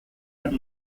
and